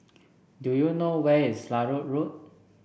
do you know where is Larut Road